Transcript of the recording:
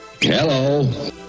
Hello